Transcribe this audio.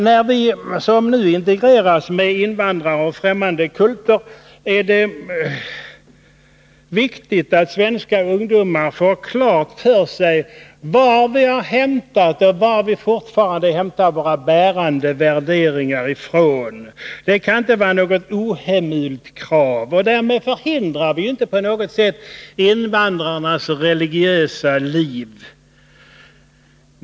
När vi, som nu, integreras med invandrare och främmande kulter är det viktigt att svenska ungdomar får klart för sig var vi hämtat och fortfarande hämtar våra bärande värderingar. Det kan inte vara något ohemult krav, speciellt som vi därigenom inte på något sätt förhindrar invandrarnas religiösa liv.